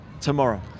tomorrow